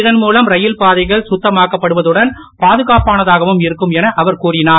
இதன்மூலம் ரயில்பாதைகள் சுத்தமாக்கப்படுவதுடன் பாதுகாப்பானதாகவும் இருக்கும் என அவர் கூறினார்